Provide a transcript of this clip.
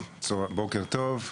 בוקר טוב.